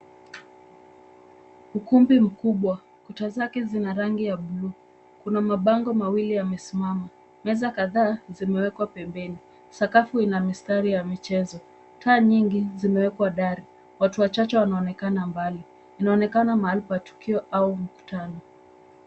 Ukumbi mkubwa. Kuta zake zina rangi ya bluu. Kuna mabango mawili yamesimama. Meza kadhaa zimewekwa pembeni. Sakafu ina mistari ya michezo. Taa nyingi zimewekwa dari. Watu wachache wanaonekana mbali. Inaonekana mahali pa tukio au mkutano.